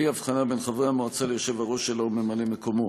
בלי הבחנה בין חברי המועצה ליושב-ראש שלה או לממלא-מקומו.